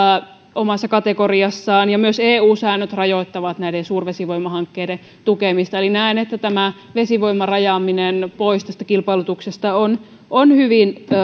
omassa kategoriassaan myös eu säännöt rajoittavat näiden suurvesivoimahankkeiden tukemista eli näen että tämä vesivoiman rajaaminen pois tästä kilpailutuksesta on on hyvin